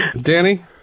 Danny